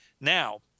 Now